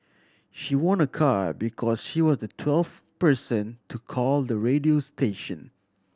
she won a car because she was the twelfth person to call the radio station